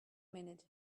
minute